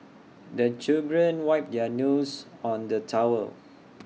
the children wipe their noses on the towel